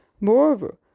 Moreover